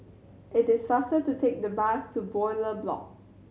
it is faster to take the bus to Bowyer Block